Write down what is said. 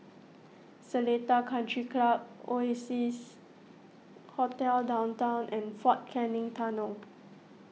Seletar Country Club Oasia Hotel Downtown and fort Canning Tunnel